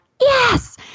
yes